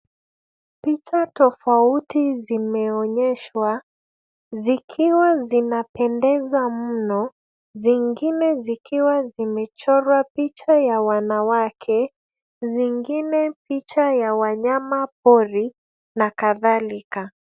Picha tofauti zimeonyeshwa, zikiwa zinapendeza mno, zingine zikiwa zimechora picha ya wanawake, zingine picha ya wanyamapori na kadhalika.